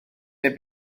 neu